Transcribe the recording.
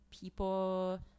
people